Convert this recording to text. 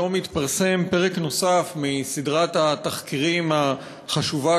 היום התפרסם פרק נוסף מסדרת התחקירים החשובה